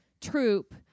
troop